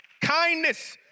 kindness